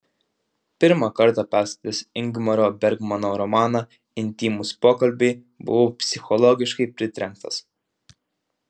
pirmą kartą perskaitęs ingmaro bergmano romaną intymūs pokalbiai buvau psichologiškai pritrenktas